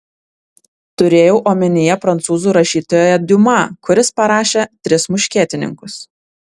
turėjau omenyje prancūzų rašytoją diuma kuris parašė tris muškietininkus